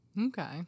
Okay